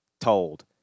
told